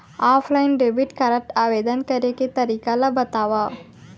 Offline debit card आवेदन करे के तरीका ल बतावव?